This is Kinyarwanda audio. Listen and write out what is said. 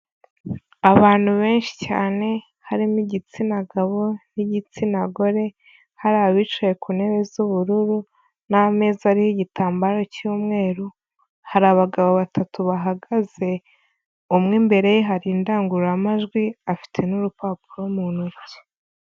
Abantu benshi cyane harimo igitsina gabo n'igitsina gore, hari abicaye ku ntebe z'ubururu n'ameza ariho igitambaro cy'umweru, hari abagabo batatu bahagaze umwe imbere, hari indangururamajwi, afite n'urupapuro mu ntoki.